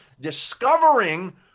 discovering